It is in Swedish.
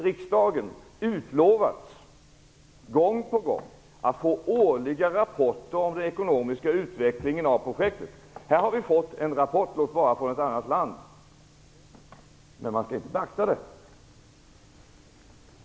Riksdagen har gång på gång utlovats årliga rapporter om den ekonomiska utvecklingen av projektet. Vi har fått en rapport - låt vara att den kommer från ett annat land. Men den skall inte beaktas.